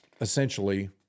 essentially